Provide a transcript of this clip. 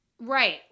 Right